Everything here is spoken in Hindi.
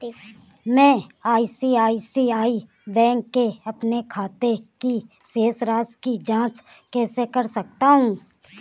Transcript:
मैं आई.सी.आई.सी.आई बैंक के अपने खाते की शेष राशि की जाँच कैसे कर सकता हूँ?